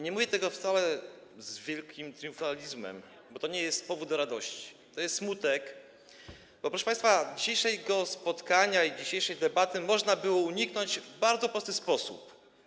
Nie mówię tego wcale z wielkim triumfalizmem, bo to nie jest powód do radości, to jest powód do smutku, bo proszę państwa, dzisiejszego spotkania i dzisiejszej debaty można było uniknąć w bardzo prosty sposób.